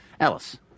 Alice